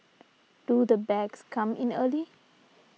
do the bags come in early